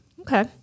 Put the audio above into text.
Okay